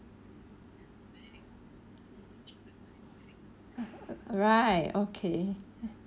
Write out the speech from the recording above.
right okay